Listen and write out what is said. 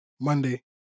Monday